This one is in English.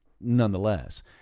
nonetheless